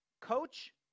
coach